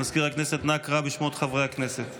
מזכיר הכנסת, אנא קרא בשמות חברי הכנסת.